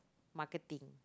marketing